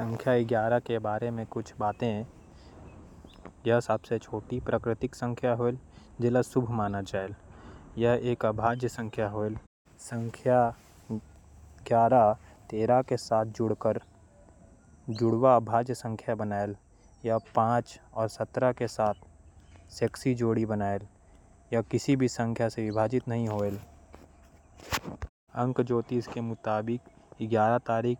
कई धर्म अउ अंक शास्त्र म ग्यारह नंबर के महत्ता हावय। एला मास्टर नंबर माने जाथे। नंबर ग्यारह के महत्ता । हिन्दू धर्म म ग्यारह नंबर के बिसेस महत्ता हे। भगवान शिव के ग्यारह रूप ल ग्यार रूद्र केहे जाथे। अंक शास्त्र म ग्यारह ल धैर्य समझ संवेदनशीलता। अउ धर्म के प्रतीक माने जाथे। अंक शास्त्र के मुताबिक ग्यारह